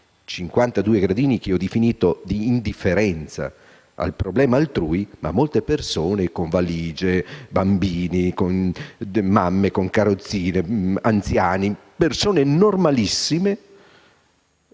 52 gradini - che ho definito "di indifferenza al problema altrui "- che a molte persone con valige, ma anche a bambini, mamme con carrozzine, anziani, persone normalissime,